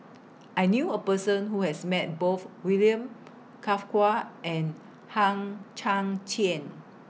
I knew A Person Who has Met Both William and Hang Chang Chieh